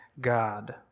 God